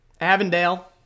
Avondale